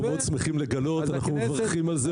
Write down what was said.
מאוד שמחים לגלות ואנחנו מברכים על זה,